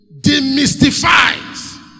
demystifies